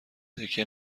تکیه